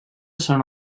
són